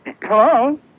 Hello